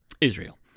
israel